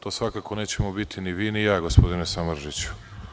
To svakako nećemo biti ni vi, ni ja, gospodine Samardžiću.